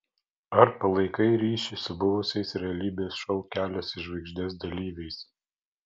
ar palaikai ryšį su buvusiais realybės šou kelias į žvaigždes dalyviais